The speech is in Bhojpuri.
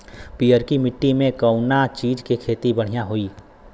पियरकी माटी मे कउना चीज़ के खेती बढ़ियां होई?